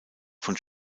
von